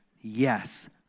Yes